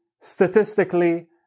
statistically